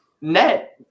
net